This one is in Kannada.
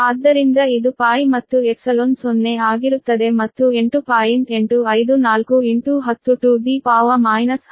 ಆದ್ದರಿಂದ ಇದು and ϵ0 ಆಗಿರುತ್ತದೆ ಮತ್ತು 8